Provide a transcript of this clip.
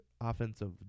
offensive